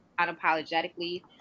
unapologetically